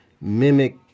mimic